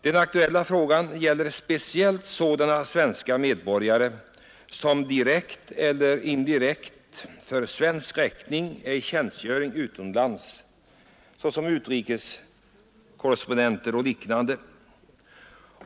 Men den aktuella frågan gäller speciellt sådana svenska medborgare som direkt eller indirekt för svensk räkning är i tjänstgöring utomlands — utrikeskorrespondenter och liknande.